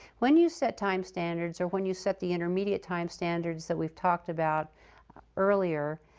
when you set time standards, or when you set the intermediate time standards that we've talked about earlier,